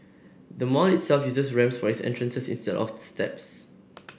the mall itself uses ramps for its entrances instead of steps